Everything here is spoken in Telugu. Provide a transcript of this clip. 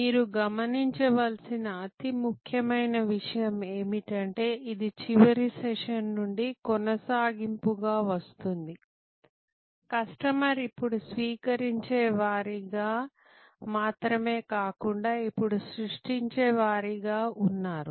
మీరు గమనించవలసిన అతి ముఖ్యమైన విషయం ఏమిటంటే ఇది చివరి సెషన్ నుండి కొనసాగింపుగా వస్తుంది కస్టమర్ ఇప్పుడు స్వీకరించే వారీగా మాత్రమే కాకుండా ఇప్పుడు సృష్టించే వారీగా ఉన్నారు